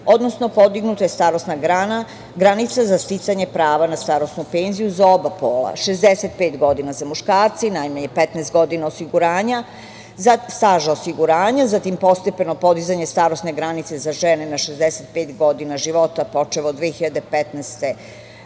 odnosno podignuta je starosna granica za sticanje prava na starosnu penziju za oba pola, 65 godina za muškarce i najmanje 15 godina staža osiguranja, zatim postepeno podizanje starosne granice za žene na 65 godina života, počev od 2015, pa